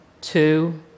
two